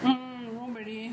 mm nobody